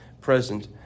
present